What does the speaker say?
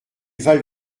val